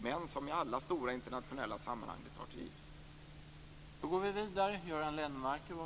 Men som i alla stora internationella sammanhang tar det tid.